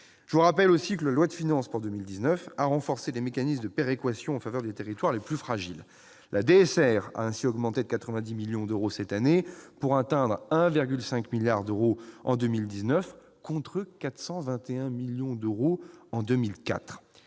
Je vous rappelle aussi que la loi de finances pour 2019 a renforcé les mécanismes de péréquation en faveur des territoires les plus fragiles. La DSR a ainsi augmenté de 90 millions d'euros cette année, pour atteindre 1,5 milliard d'euros en 2019 contre 421 millions d'euros en 2004.